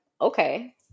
okay